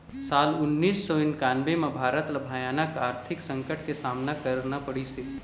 साल उन्नीस सौ इन्कानबें म भारत ल भयानक आरथिक संकट के सामना करना पड़िस हे